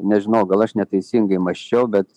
nežinau gal aš neteisingai mąsčiau bet